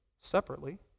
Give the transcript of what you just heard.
separately